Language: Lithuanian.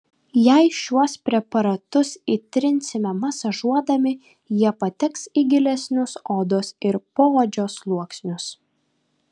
jei šiuos preparatus įtrinsime masažuodami jie pateks į gilesnius odos ir poodžio sluoksnius